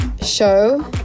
show